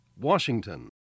Washington